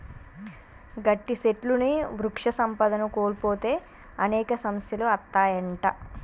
గట్టి సెట్లుని వృక్ష సంపదను కోల్పోతే అనేక సమస్యలు అత్తాయంట